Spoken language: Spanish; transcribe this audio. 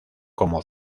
como